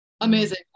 Amazing